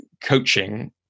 coaching